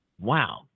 wow